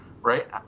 right